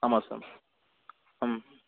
ஆமாம் சார் ம்